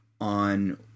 on